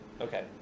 Okay